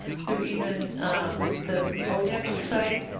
through even the odep site.